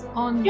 on